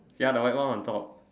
ya the white one on top